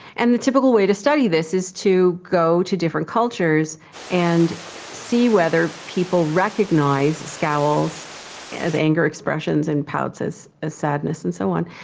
and the typical way to study this is to go to different cultures and see whether people recognise scowls as anger expressions and pouts as ah sadness and so on.